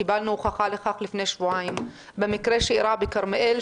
קיבלנו הוכחה לכך לפני שבועיים במקרה שאירע בכרמיאל,